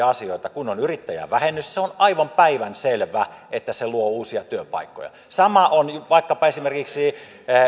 asioita kuin yrittäjävähennys se on aivan päivänselvä että se luo uusia työpaikkoja sama on vaikkapa esimerkiksi